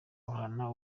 ahorana